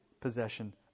possession